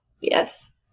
Yes